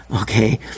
okay